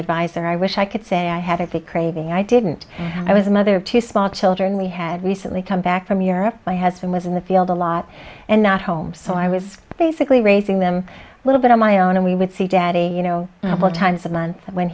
advisor i wish i could say i had it the craving i didn't i was a mother to small children we had recently come back from europe my husband was in the field a lot and not home so i was basically raising them a little bit on my own and we would see daddy you know what times of month